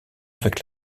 avec